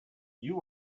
you